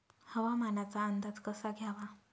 हवामानाचा अंदाज कसा घ्यावा?